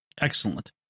Excellent